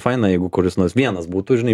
faina jeigu kuris nors vienas būtų žinai